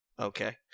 Okay